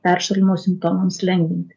peršalimo simptomams lengvinti